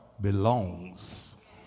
belongs